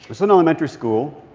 this is an elementary school.